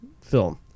film